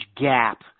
gap